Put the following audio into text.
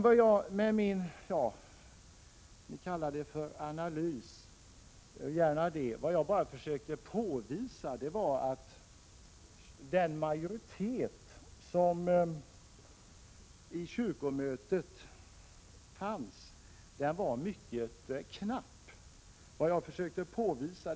Vad jag i min ”analys” försökte påvisa var att majoriteten vid kyrkomötet var mycket knapp.